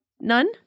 None